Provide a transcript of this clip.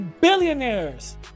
Billionaires